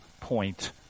point